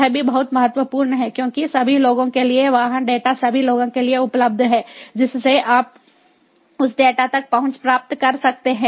यह भी बहुत महत्वपूर्ण है क्योंकि सभी लोगों के लिए वाहन डेटा सभी लोगों के लिए उपलब्ध हैं जिससे आप उस डेटा तक पहुंच प्राप्त कर सकते हैं